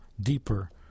deeper